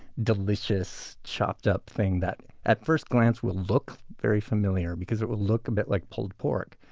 delicious chopped up thing that at first glance will look very familiar because it will look a bit like pulled pork,